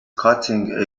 cutting